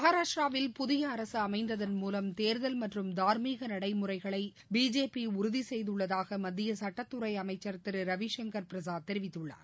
மகாராஷ்டிராவில் புதிய அரசு அமைத்ததன்மூலம் தேர்தல் மற்றும் தார்மீக நடைமுறைகளை பிஜேபி உறுதிசெய்துள்ளதாக மத்திய சட்டத்துறை அமைச்சர் திரு ரவிசங்கர் பிரசாத் தெரிவித்துள்ளார்